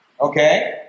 okay